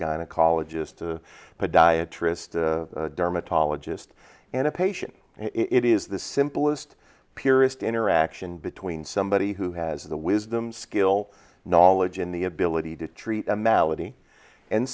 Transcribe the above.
gynecologist a podiatrist a dermatologist and a patient it is the simplest purest interaction between somebody who has the wisdom skill knowledge in the ability to treat a